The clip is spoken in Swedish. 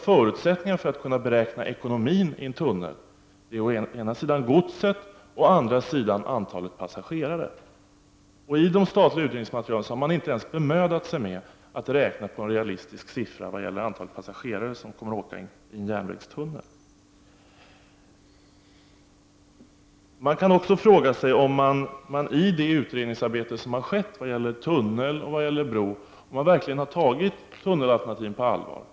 Förutsättningarna för att kunna beräkna ekonomin av en tunnel är å ena sidan godset och å andra sidan antalet passagerare. I det statliga utredningsmaterialet har man inte ens bemödat sig att räkna på en realistisk siffra vad gäller antalet passagerare som kommer att åka i en järnvägstunnel. Det går också att fråga sig om tunnelalternativet i det utredningsarbete som har skett vad gäller en tunnel och en bro har tagits på allvar.